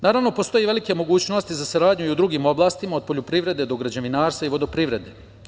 Naravno, postoje velike mogućnosti za saradnju i u drugim oblastima, od poljoprivrede do građevinarstva i vodoprivrede.